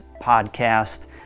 podcast